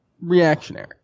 reactionary